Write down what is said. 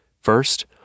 First